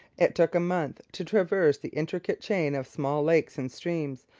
it took a month to traverse the intricate chain of small lakes and streams,